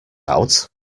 out